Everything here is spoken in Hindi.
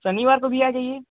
सनिवार को भी आ जाइए